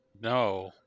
No